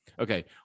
Okay